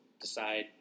decide